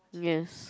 yes